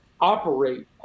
operate